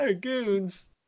goons